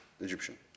Egyptian